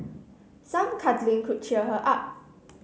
some cuddling could cheer her up